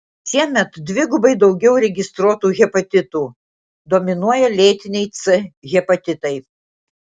šiemet dvigubai daugiau registruotų hepatitų dominuoja lėtiniai c hepatitai